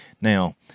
Now